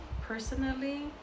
personally